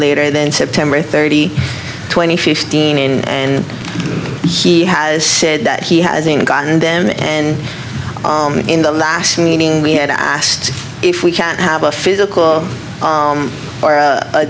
later than september thirty twenty fifteen in he has said that he hasn't gotten them and in the last meeting we had asked if we can have a physical or a